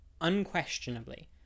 unquestionably